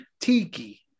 Tiki